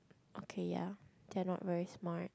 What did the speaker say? okay ya they're not very smart